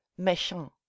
méchant